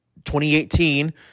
2018